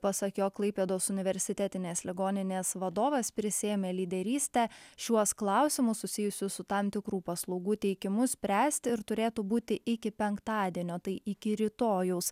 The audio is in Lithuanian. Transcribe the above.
pasak jo klaipėdos universitetinės ligoninės vadovas prisiėmė lyderystę šiuos klausimus susijusius su tam tikrų paslaugų teikimu spręsti ir turėtų būti iki penktadienio tai iki rytojaus